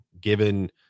given